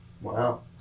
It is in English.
Wow